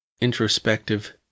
introspective